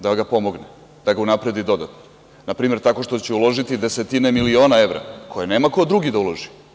Da ga pomogne, da ga unapredi dodatno, npr. tako što će uložiti desetine miliona evra koje nemo ko drugi da uloži.